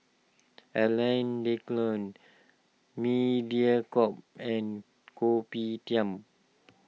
Alain Delon Mediacorp and Kopitiam